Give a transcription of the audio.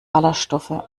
ballerstoffe